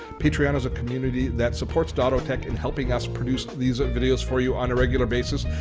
patreon is a community that supports dottotech in helping us produce these videos for you on a regular basis.